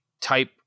type